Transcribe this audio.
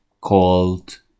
called